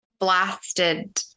blasted